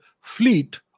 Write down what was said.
fleet